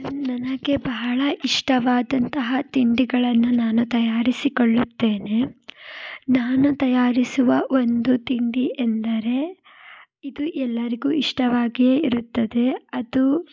ನನಗೆ ಬಹಳ ಇಷ್ಟವಾದಂತಹ ತಿಂಡಿಗಳನ್ನು ನಾನು ತಯಾರಿಸಿಕೊಳ್ಳುತ್ತೇನೆ ನಾನು ತಯಾರಿಸುವ ಒಂದು ತಿಂಡಿ ಎಂದರೆ ಇದು ಎಲ್ಲರಿಗೂ ಇಷ್ಟವಾಗಿಯೇ ಇರುತ್ತದೆ ಅದು